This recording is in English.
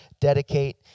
dedicate